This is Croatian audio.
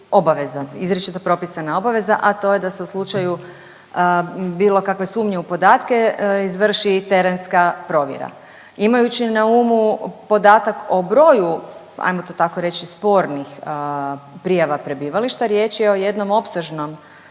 izričito propisana obaveza, a to je da se u slučaju bilo kakve sumnje u podatke izvrši terenska provjera. Imajući na umu podatak o broju ajmo to tako reći spornih prijava prebivališta riječ je o jednom opsežnom